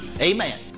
Amen